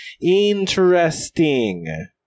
Interesting